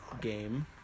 game